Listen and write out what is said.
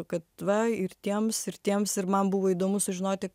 kad va ir tiems ir tiems ir man buvo įdomu sužinoti